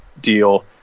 deal